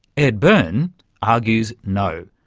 ed byrne argues no,